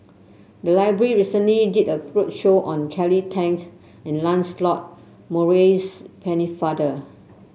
the library recently did a roadshow on Kelly Tang and Lancelot Maurice Pennefather